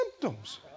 symptoms